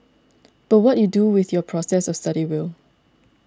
but what you do with your process of study will